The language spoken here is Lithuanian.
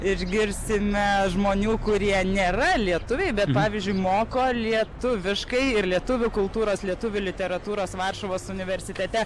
išgirsime žmonių kurie nėra lietuviai bet pavyzdžiui moko lietuviškai ir lietuvių kultūros lietuvių literatūros varšuvos universitete